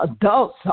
adults